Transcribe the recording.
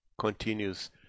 continues